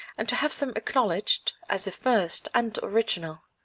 and to have them acknowledged as the first and original.